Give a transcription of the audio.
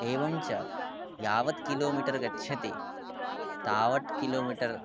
एवं च यावत्किलोमीटर् गच्छति तावत् किलो मीटर्